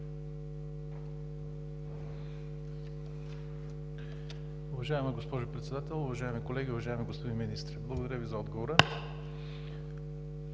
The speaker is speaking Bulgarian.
Уважаема госпожо Председател, уважаеми колеги! Уважаеми господин Министър, благодаря Ви за отговора.